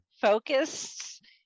focused